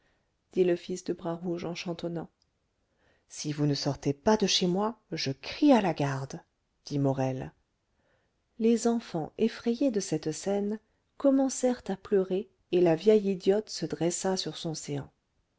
dit le fils de bras rouge en chantonnant si vous ne sortez pas de chez moi je crie à la garde dit morel les enfants effrayés de cette scène commencèrent à pleurer et la vieille idiote se dressa sur son séant